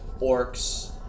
orcs